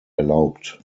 erlaubt